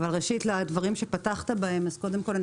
ראשית לדברים שפתחת בהם: קודם כול אני